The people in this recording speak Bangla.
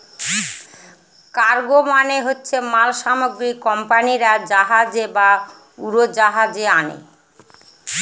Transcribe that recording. কার্গো মানে হচ্ছে মাল সামগ্রী কোম্পানিরা জাহাজে বা উড়োজাহাজে আনে